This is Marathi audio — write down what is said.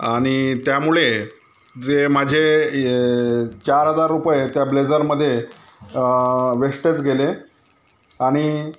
आणि त्यामुळे जे माझे हे चार हजार रुपये त्या ब्लेजरमध्ये वेस्टच गेले आणि